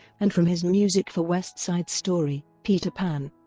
and from his music for west side story, peter pan,